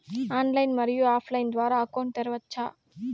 Online, మరియు offline line ద్వారా account తెరవచ్చా?